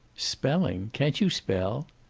spelling! can't you spell?